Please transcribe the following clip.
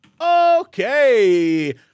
Okay